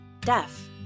deaf